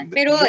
Pero